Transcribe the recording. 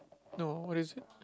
no what is it